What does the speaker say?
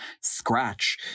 scratch